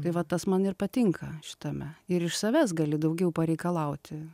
tai va tas man ir patinka šitame ir iš savęs gali daugiau pareikalauti